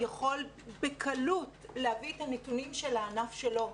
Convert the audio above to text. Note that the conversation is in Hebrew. יכול בקלות להביא את הנתונים של הענף שלו.